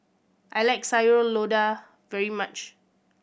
I like Sayur Lodeh very much